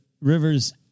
rivers